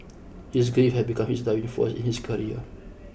his grief had become his driving force in his career